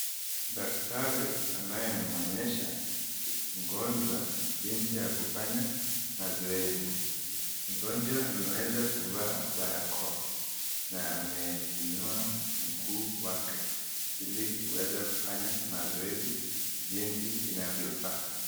Daktari anayemwonesha mgonjwa jinsi ya kufanya mazoezi. Mgonjwa ameweza kuvaa barakwa ka ameinua mguu wake ili kuweza kufanya mazoezi jinsi inavyofaa.